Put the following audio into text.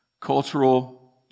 Cultural